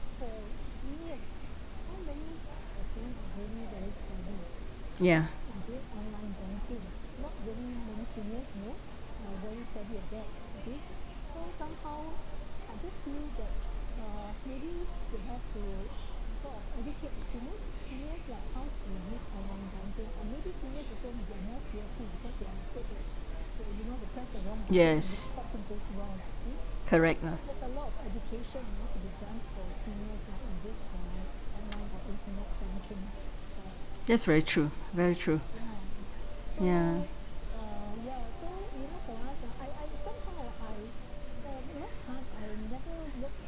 yeah yes correct ah that's very true very true ya